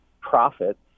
profits